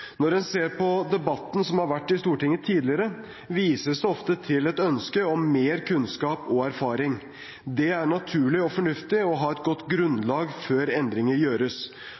Når en ser på debatten som har vært i Stortinget tidligere, vises det ofte til et ønske om mer kunnskap og erfaring. Det er naturlig og fornuftig å ha et godt grunnlag før endringer gjøres.